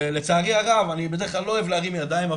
ולצערי הרב אני בדרך כלל לא אוהב להרים ידיים,